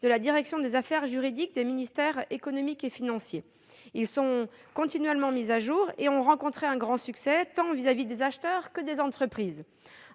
de la direction des affaires juridiques des ministères économiques et financiers ; continuellement mis à jour, ils ont rencontré un grand succès, auprès tant des acheteurs que des entreprises.